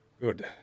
Good